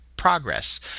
progress